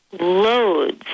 loads